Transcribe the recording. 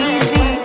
Easy